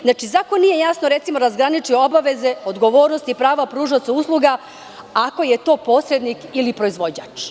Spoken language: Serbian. Zakon nije jasno razgraničio obaveze, odgovornosti i prava pružaoca usluga, ako je to posrednik ili proizvođač.